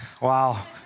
Wow